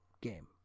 game